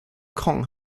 kong